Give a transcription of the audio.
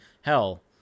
hell